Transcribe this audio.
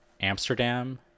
Amsterdam